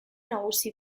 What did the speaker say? nagusi